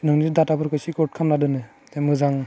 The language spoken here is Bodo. नोंनि डाटाफोरखौ सेकिउरड खालामना दोनो बे मोजां